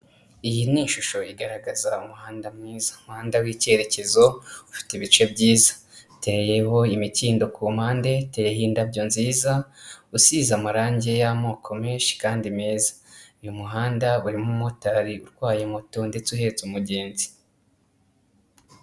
Iyi ni ishusho igaragaza umuhanda mwiza, umuhanda w'icyerekezo ufite ibice byiza, uteyeho imikindo ku mpande uteye indabyo nziza, usize amarangi y'amoko menshi kandi meza. Uyu muhanda urimo umumotari utwaye moto ndetse uhetse umugenzi.